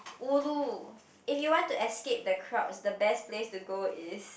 ulu if you want to escape the crowds the best place to go is